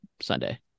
Sunday